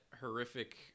horrific